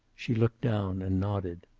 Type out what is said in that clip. she looked down and nodded.